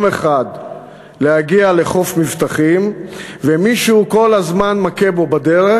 אחד לחוף מבטחים ומישהו כל הזמן מכה בו בדרך,